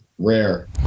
Rare